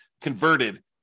converted